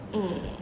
mm